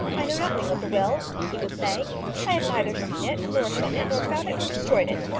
i know nothing of the will, he would say i have neither seen it, nor hidden it, nor found it, nor destroyed it.